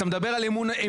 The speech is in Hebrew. אתה מדבר על אמון ציבור.